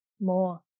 more